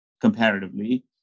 comparatively